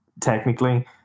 technically